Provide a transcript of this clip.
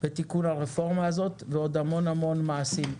בתיקון הרפורמה הזאת ועוד המון המון מעשים.